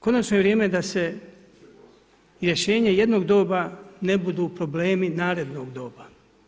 Konačno je vrijeme, da se rješenje jednog doba, ne budu problemi narednog doba.